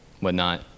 whatnot